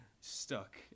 Stuck